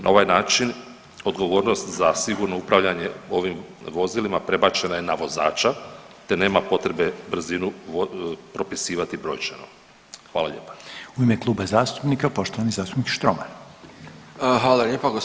Na ovaj način odgovornost za sigurno upravljanje ovim vozilima prebačena je na vozača, te nema potrebe brzinu propisivati brojčano, hvala lijepa.